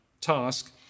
task